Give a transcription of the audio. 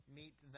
meet